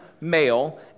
male